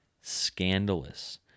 scandalous